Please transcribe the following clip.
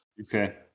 Okay